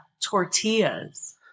tortillas